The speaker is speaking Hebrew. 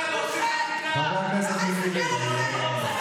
אתם הורסים את המדינה.